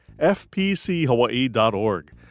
fpchawaii.org